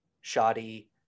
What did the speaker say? shoddy